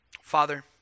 Father